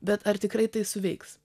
bet ar tikrai tai suveiks